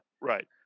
Right